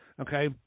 okay